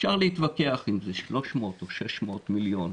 אפשר להתווכח אם זה 300 או 600 מיליון.